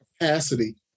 capacity